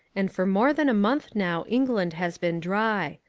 and for more than a month now england has been dry.